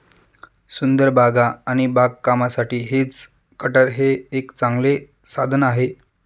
सुंदर बागा आणि बागकामासाठी हेज कटर हे एक चांगले साधन आहे